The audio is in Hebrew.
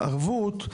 ערבות,